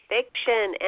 fiction